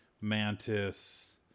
mantis